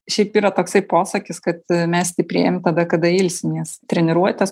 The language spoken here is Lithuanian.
šiaip yra toksai posakis kad mes stiprėjam tada kada ilsimės treniruotes